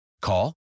Call